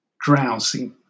Drowsy